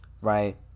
right